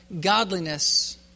Godliness